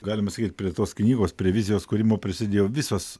galima sakyti prie tos knygos prie vizijos kūrimo prisidėjo visos